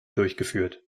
durchgeführt